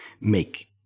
make